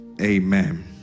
Amen